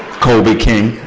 colby king.